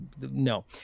no